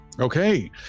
okay